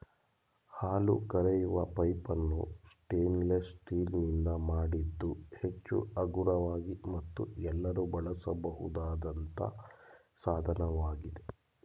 ಹಾಲು ಕರೆಯುವ ಪೈಪನ್ನು ಸ್ಟೇನ್ಲೆಸ್ ಸ್ಟೀಲ್ ನಿಂದ ಮಾಡಿದ್ದು ಹೆಚ್ಚು ಹಗುರವಾಗಿ ಮತ್ತು ಎಲ್ಲರೂ ಬಳಸಬಹುದಾದಂತ ಸಾಧನವಾಗಿದೆ